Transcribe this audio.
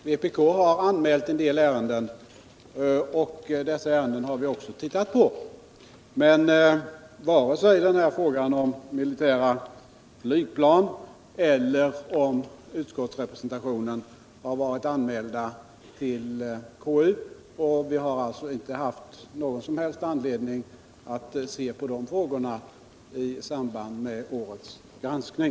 Vpk har anmält en del ärenden och dessa har vi också tittat på. Men varken frågan om militära flygplan eller frågan om utskottsrepresentationen har varit anmäld till KU. Vi har alltså inte haft någon som helst anledning att se på de frågorna i samband med årets granskning.